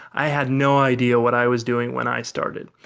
i had no idea what i was doing when i started.